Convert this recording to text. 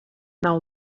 nav